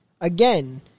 Again